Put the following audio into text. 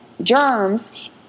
germs